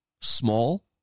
small